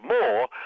more